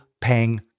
paying